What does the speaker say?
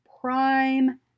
prime